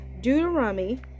Deuteronomy